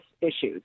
issues